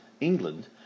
England